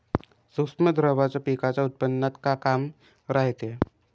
सूक्ष्म द्रव्याचं पिकाच्या उत्पन्नात का काम रायते?